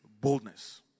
boldness